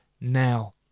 now